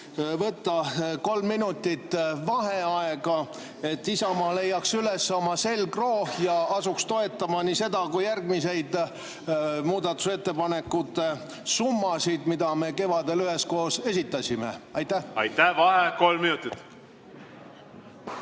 võtta kolm minutit vaheaega, et Isamaa leiaks üles oma selgroo ja asuks toetama nii seda kui ka järgmisi muudatusettepanekuid – summasid, mida me kevadel üheskoos esitasime. Aitäh! Ma palun võtta kolm minutit